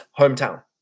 hometown